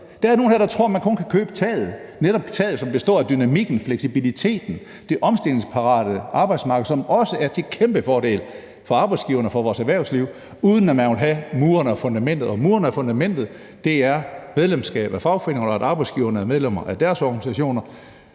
Der er nogle her, der tror, at man kun kan købe taget, netop taget, som består af dynamikken, fleksibiliteten, det omstillingsparate arbejdsmarked, som også er til kæmpe fordel for arbejdsgiverne og for vores erhvervsliv, uden at ville have murene og fundamentet, og murene og fundamentet er medlemskab af fagforeninger, mens arbejdsgiverne er medlemmer af deres organisationer,